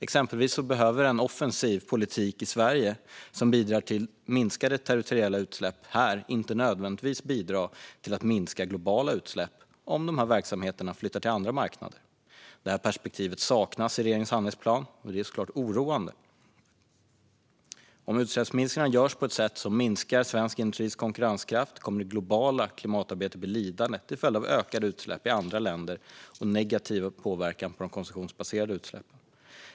Exempelvis behöver en offensiv politik i Sverige som bidrar till minskade territoriella utsläpp här inte nödvändigtvis bidra till att minska globala utsläpp om de här verksamheterna flyttar till andra marknader. Detta perspektiv saknas i regeringens handlingsplan, och det är såklart oroande. Om utsläppsminskningar görs på ett sätt som minskar svensk industris konkurrenskraft kommer det globala klimatarbetet att bli lidande till följd av ökade utsläpp i andra länder och negativ påverkan på de konsumtionsbaserade utsläppen.